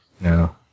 No